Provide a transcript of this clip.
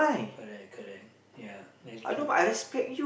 correct correct ya that's true